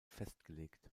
festgelegt